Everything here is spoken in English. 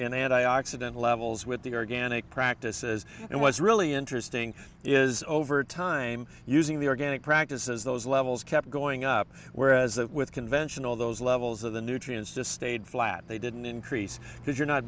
in and i occidental levels with the organic practices and was really interesting is over time using the organic practices those levels kept going up whereas with conventional those levels of the nutrients just stayed flat they didn't increase because you're not